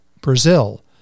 Brazil